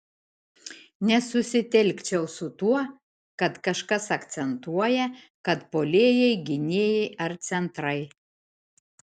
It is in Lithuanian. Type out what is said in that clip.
nesusitelkčiau su tuo kad kažkas akcentuoja kad puolėjai gynėjai ar centrai